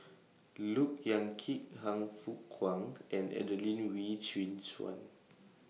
Look Yan Kit Han Fook Kwang and Adelene Wee Chin Suan